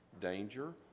danger